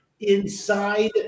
inside